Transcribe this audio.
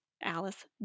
Alice